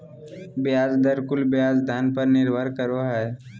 ब्याज दर कुल ब्याज धन पर निर्भर करो हइ